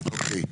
טוב,